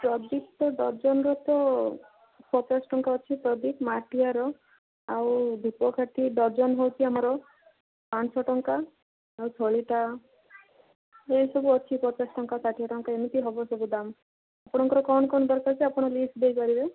ପ୍ରଦୀପ୍ତ ଡର୍ଜନର ତ ପଚାଶ ଟଙ୍କା ଅଛି ଯଦି ମାଟିଆର ଆଉ ଧୂପକାଠି ଡର୍ଜନ ହେଉଛି ଆମର ପାଞ୍ଚଶହ ଟଙ୍କା ଆଉ ସଳିତା ଏଇ ସବୁ ଅଛି ପଚାଶ ଟଙ୍କା ଷାଠିଏ ଟଙ୍କା ଏମିତି ହେବ ସବୁ ଦାମ ଆପଣଙ୍କର କ'ଣ କ'ଣ ଦରକାର ଅଛି ଆପଣ ଲିଷ୍ଟ ଦେଇ ପାରିବେ